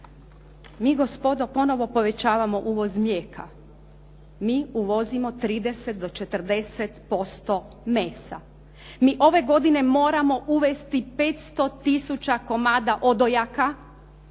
Mi gospodo ponovo povećavamo uvoz mlijeka. Mi uvozimo 30 do 30% mesa. Mi ove godine moramo uvesti 500 tisuća komada odojaka,